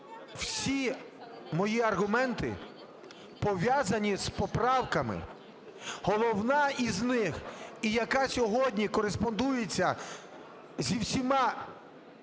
всі мої аргументи пов'язані з поправками. Головна із них, і яка сьогодні кореспондується зі всіма